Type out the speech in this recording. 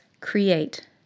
create